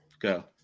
Go